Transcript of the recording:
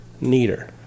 Neater